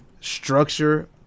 structure